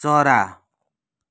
चरा